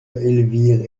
elvire